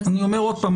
אני אומר עוד פעם,